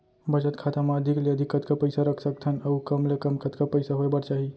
बचत खाता मा अधिक ले अधिक कतका पइसा रख सकथन अऊ कम ले कम कतका पइसा होय बर चाही?